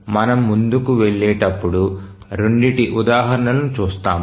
మనము ముందుకు వెళ్ళేటప్పుడు రెండింటి ఉదాహరణలను చూస్తాము